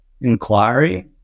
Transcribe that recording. inquiry